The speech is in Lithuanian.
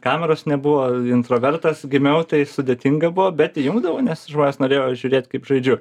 kameros nebuvo introvertas gimiau tai sudėtinga buvo bet įjungdavau nes žmonės norėjo žiūrėt kaip žaidžiu